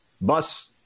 bus